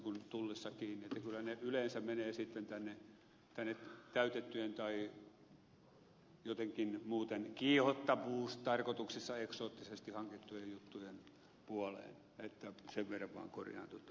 kyllä ne yleensä menevät sitten tänne täytettyjen tai jotenkin muuten kiihottavuustarkoituksessa eksoottisesti hankittujen juttujen puoleen että sen verran vaan korjaan tuota